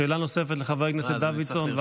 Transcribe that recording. שאלה נוספת לחבר הכנסת דוידסון.